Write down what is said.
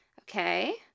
Okay